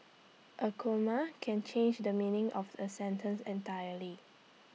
A comma can change the meaning of A sentence entirely